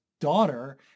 daughter